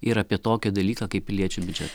ir apie tokį dalyką kaip piliečių biudžetas